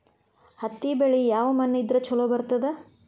ಹತ್ತಿ ಬೆಳಿ ಯಾವ ಮಣ್ಣ ಇದ್ರ ಛಲೋ ಬರ್ತದ?